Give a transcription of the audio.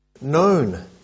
known